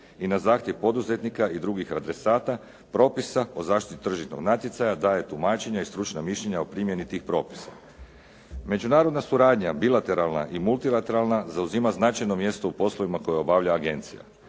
i na zahtjev poduzetnika i drugih adresata propisa o zaštiti tržišnog natjecanja daje tumačenja i stručna mišljenja o primjeni tih propisa. Međunarodna suradnja bilateralna i multilateralna zauzima značajno mjesto u poslovima koje obavlja agencija.